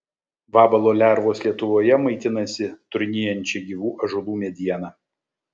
vabalo lervos lietuvoje maitinasi trūnijančia gyvų ąžuolų mediena